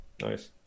Nice